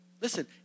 Listen